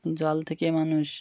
জল থেকে মানুষ